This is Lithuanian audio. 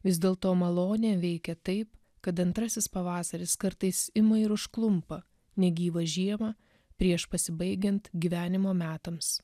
vis dėlto malonė veikia taip kad antrasis pavasaris kartais ima ir užklumpa negyvą žiemą prieš pasibaigiant gyvenimo metams